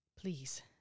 Please